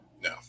No